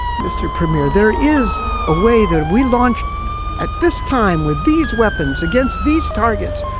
mr. premier, there is a way that we launched at this time with these weapons against these targets,